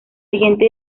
siguiente